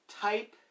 type